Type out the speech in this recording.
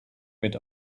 mit